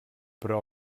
però